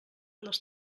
les